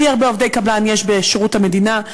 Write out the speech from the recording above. הכי הרבה עובדי קבלן יש בשירות המדינה,